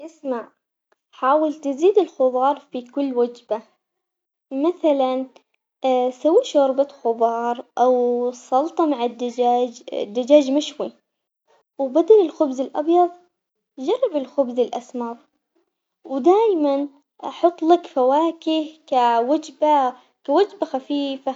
اسمع حاول تزيد الخضار في كل وجبة مثلاً سوي شوربة خضار أو سلطة مع الدجاج، دجاج مشوي وبدل الخبز الأبيض جرب الخبز الأسمر، ودايماً حطلك فواكه كوجبة كوجبة خفيفة.